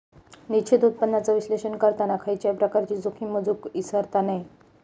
निश्चित उत्पन्नाचा विश्लेषण करताना खयच्याय प्रकारची जोखीम मोजुक इसरता नये